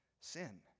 sin